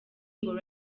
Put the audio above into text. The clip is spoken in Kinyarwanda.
ngo